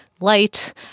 Light